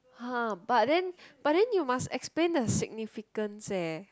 !huh~ but then but then you must explain the significance eh